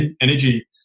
energy